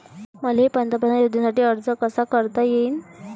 मले पंतप्रधान योजनेसाठी अर्ज कसा कसा करता येईन?